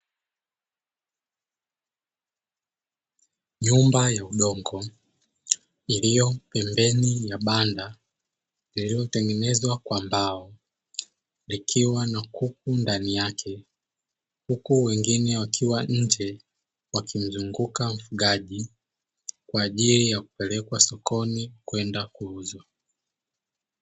Nyumba ya udongo iliyo pembeni ya banda lililotengenezwa kwa mbao, likiwa na kuku ndani yake, huku wengine wakiwa nje wakimzunguka mfugaji kwaajili ya kupelekwa sokoni kwenda kuuzwa.